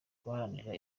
guharanira